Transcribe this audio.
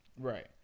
Right